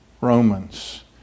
Romans